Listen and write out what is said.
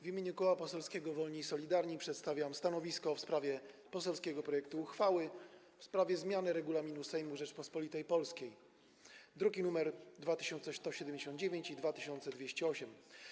W imieniu Koła Poselskiego Wolni i Solidarni przedstawiam stanowisko wobec poselskiego projektu uchwały w sprawie zmiany Regulaminu Sejmu Rzeczypospolitej Polskiej, druki nr 2179 i 2208.